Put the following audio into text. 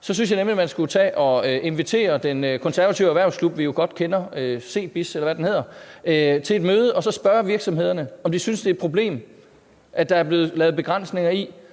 Så synes jeg, man skulle tage at invitere den konservative erhvervsklub, vi jo godt kender – C-Business, eller hvad den hedder – til et møde og så spørge virksomhederne, om de synes, det er et problem, at der er blevet lavet begrænsninger på